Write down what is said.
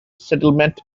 settlement